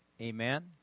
Amen